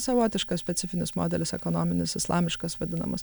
savotiškas specifinius modelis ekonominis islamiškas vadinamas